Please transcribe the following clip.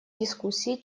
дискуссии